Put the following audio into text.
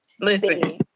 listen